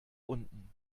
unten